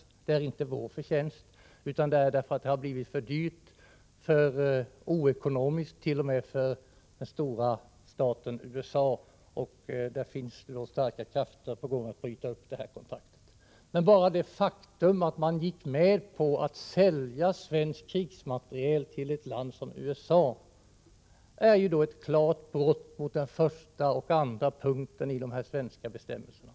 Det är i så fall inte vår förtjänst, utan det beror på att projektet har blivit för ockonomiskt t.o.m. för den stora staten USA, och starka krafter verkar nu för att man skall bryta upp kontraktet. Men bara det faktum att regeringen gick med på att Bofors skulle få sälja svensk krigsmateriel till ett land som USA är ett klart brott mot den första och den andra punkten i de svenska bestämmelserna.